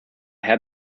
had